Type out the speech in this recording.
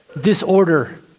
disorder